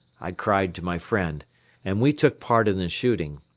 i cried to my friend and we took part in the shooting.